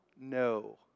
No